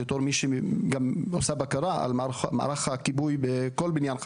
בתור מי שגם עושה בקרה על מערך הכיבוי בכל בניין חדש.